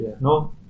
No